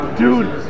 dude